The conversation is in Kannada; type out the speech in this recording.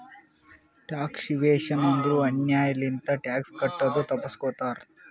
ಟ್ಯಾಕ್ಸ್ ಇವೇಶನ್ ಅಂದುರ್ ಅನ್ಯಾಯ್ ಲಿಂತ ಟ್ಯಾಕ್ಸ್ ಕಟ್ಟದು ತಪ್ಪಸ್ಗೋತಾರ್